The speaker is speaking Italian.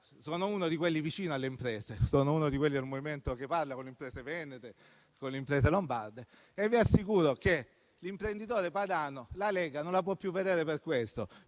sono uno di quelli vicini alle imprese, sono uno di quelli del MoVimento che parla con le imprese venete e lombarde e vi assicuro che l'imprenditore padano la Lega non la può più vedere per questo,